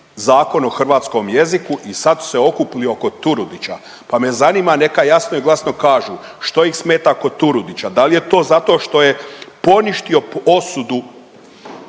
Zakon o hrvatskom jeziku i sad su se okupili oko Turudića, pa me zanima neka jasno i glasno kažu što ih smeta kod Turudića? Da li je to zato što je poništio osudu